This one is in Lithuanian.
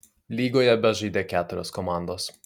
lygoje bežaidė keturios komandos